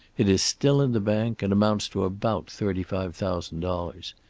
it is still in the bank, and amounts to about thirty-five thousand dollars.